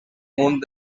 munt